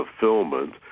fulfillment